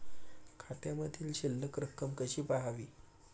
खात्यामधील शिल्लक रक्कम कशी पहावी?